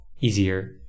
easier